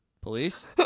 police